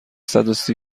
صدوسی